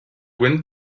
wind